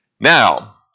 Now